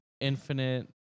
Infinite